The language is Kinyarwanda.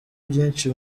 byinshi